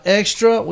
extra